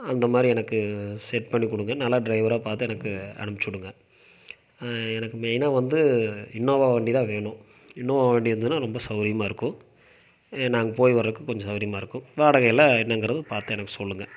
அந்த மாதிரி எனக்கு செட் பண்ணி கொடுங்க நல்ல ட்ரைவராக பார்த்து எனக்கு அனுப்ச்சிவிடுங்க எனக்கு மெயினாக வந்து இன்னோவா வண்டி தான் வேணும் இன்னோவா வண்டி இருந்துதுனா ரொம்ப சௌரியமாக இருக்கும் நாங்கள் போய் வர்றதுக்கு கொஞ்சம் சௌரியமாக இருக்கும் வாடகையெல்லாம் என்னங்கிறது பார்த்து எனக்கு சொல்லுங்க